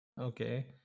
Okay